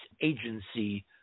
agency